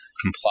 comply